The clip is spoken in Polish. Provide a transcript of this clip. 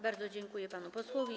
Bardzo dziękuję panu posłowi.